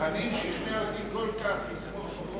חנין שכנע אותי כל כך לתמוך בחוק.